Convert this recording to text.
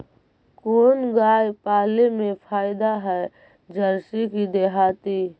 कोन गाय पाले मे फायदा है जरसी कि देहाती?